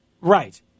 Right